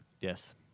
Yes